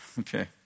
Okay